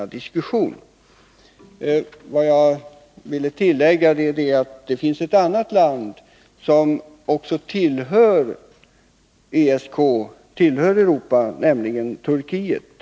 arbetskonferensen Vad jag här vill tillägga är att det finns ett land som också tillhör ESK, som ; Madrid, m.m. tillhör Europa, nämligen Turkiet.